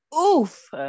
Oof